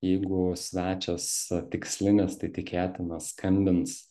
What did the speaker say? jeigu svečias tikslinis tai tikėtina skambins